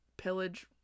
pillage